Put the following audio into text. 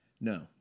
No